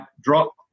drop